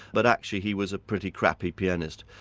but actually he was a pretty crappy pianist.